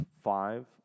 five